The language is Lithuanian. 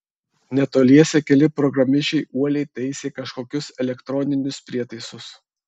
netoliese keli programišiai uoliai taisė kažkokius elektroninius prietaisus